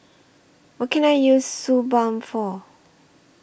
What Can I use Suu Balm For